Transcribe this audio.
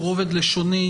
שהוא רובד לשוני,